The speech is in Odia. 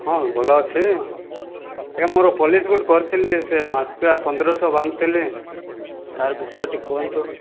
ହଁ ଭଲ ଅଛି ଆଜ୍ଞା ମୋର ପଲିସି ଗୋଟେ କରିଥିଲି ସେ ମାସିକିଆ ପନ୍ଦରଶହ ବାନ୍ଧିଥିଲି ତା'ର୍ ବିଷୟରେ ଟିକେ କୁହନ୍ତୁ